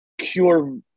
cure